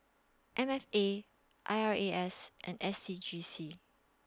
M F A I R A S and S C G C